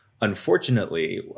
Unfortunately